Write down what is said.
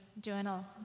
journal